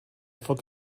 foc